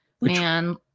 man